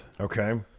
Okay